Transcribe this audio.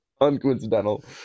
uncoincidental